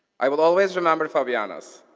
i will always remember fabiana's.